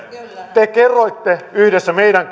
te kerroitte yhdessä meidän